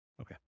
Okay